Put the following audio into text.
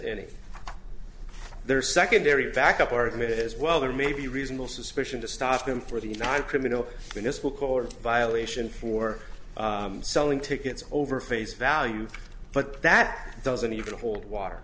any their secondary backup argument is well there may be reasonable suspicion to stop him for the united criminal and this will call a violation for selling tickets over face value but that doesn't even hold water